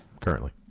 currently